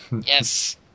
Yes